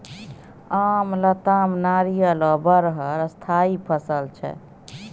आम, लताम, नारियर आ बरहर स्थायी फसल छै